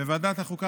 בוועדת החוקה,